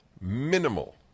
Minimal